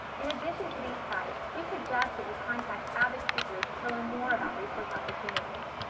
in addition to these sites, we suggest that you contact advocacy groups to learn more about research opportunities.